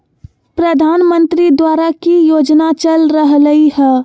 प्रधानमंत्री द्वारा की की योजना चल रहलई ह?